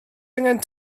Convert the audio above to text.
angen